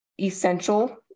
essential